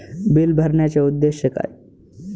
Bill भरण्याचे उद्देश काय?